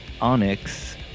onyx